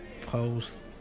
post